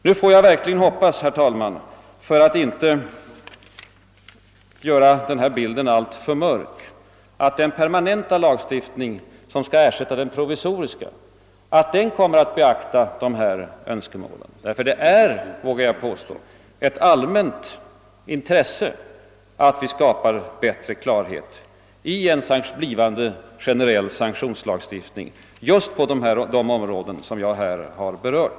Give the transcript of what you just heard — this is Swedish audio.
Nu hoppas jag verkligen, herr talman, för att inte göra denna bild alltför mörk, att den permanenta lagstiftning som skall ersätta den provisoriska kommer att beakta dessa önskemål. Det finns, vågar jag påstå, ett allmänt intresse av att vi skapar bättre klarhet i en blivande generell sanktionslagstiftning just på de områden jag här har berört.